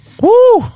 Woo